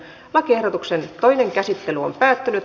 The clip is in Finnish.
lakiehdotuksen toinen käsittely päättyi